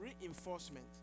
reinforcement